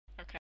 Okay